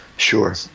Sure